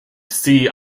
sea